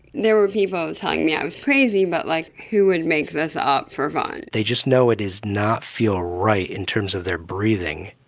there were people telling me i was crazy, but like who would make this up for fun? they just know it does not feel right in terms of their breathing,